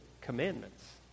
commandments